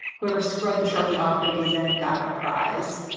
whoever scrubbed the sharpie off by day's end got a prize.